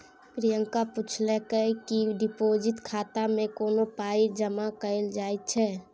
प्रियंका पुछलकै कि डिपोजिट खाता मे कोना पाइ जमा कयल जाइ छै